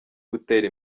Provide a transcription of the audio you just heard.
gutera